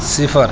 صفر